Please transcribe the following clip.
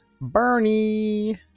bernie